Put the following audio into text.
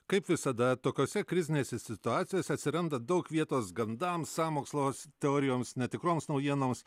kaip visada tokiose krizinėse situacijose atsiranda daug vietos gandams sąmokslo teorijoms netikroms naujienoms